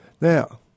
Now